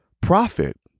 profit